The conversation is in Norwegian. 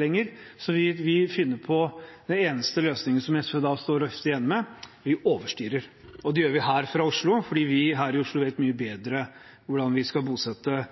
lenger, så vi tar den eneste løsningen som SV ofte står igjen med: Vi overstyrer, og det gjør vi her fra Oslo, fordi vi her i Oslo vet mye bedre hvordan vi skal bosette